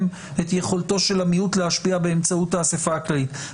את יכולתו של המיעוט להשפיע באמצעות האסיפה הכללית,